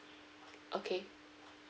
okay